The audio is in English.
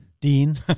Dean